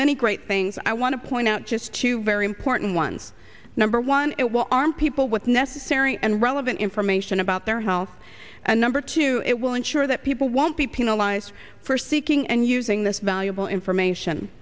many great things i want to point out just two very important ones number one it will arm people with necessary and relevant information about their health and number two it will ensure that people won't be penalized for seeking and using this valuable information